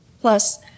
Plus